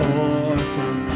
orphan